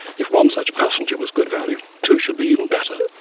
if one such passenger was good value, two should be even better,